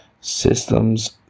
Systems